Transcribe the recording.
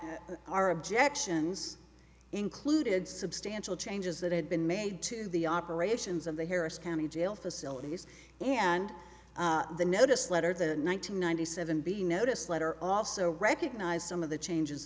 that our objections included substantial changes that had been made to the operations of the harris county jail facilities and the notice letter the nine hundred ninety seven b notice letter also recognize some of the changes